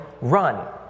run